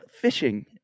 fishing